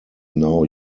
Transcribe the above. now